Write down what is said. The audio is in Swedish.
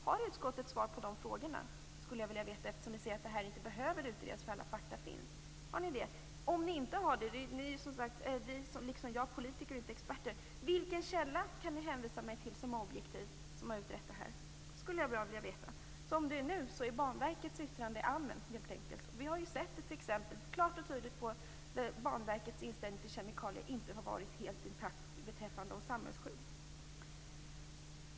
Har utskottet svar på de frågorna, eftersom ni säger att det här inte behöver utredas utan att alla fakta redan finns? Om ni inte har det undrar jag, eftersom ni liksom jag är politiker och inte experter, vilken objektiv källa som har utrett det här som ni kan hänvisa mig till. Som det är nu är Banverkets yttrande helt enkelt amen, men vi har ju sett ett exempel på att Banverkets inställning till kemikalier inte har varit helt tillfredsställande vad gäller samhällsskyddet.